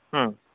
হুম